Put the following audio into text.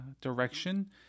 direction